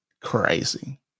crazy